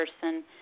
person